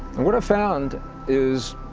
and, what i found is,